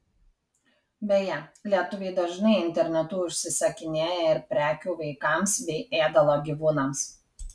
beje lietuviai dažnai internetu užsisakinėja ir prekių vaikams bei ėdalo gyvūnams